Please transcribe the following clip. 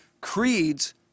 Creeds